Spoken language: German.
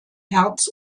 herz